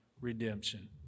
redemption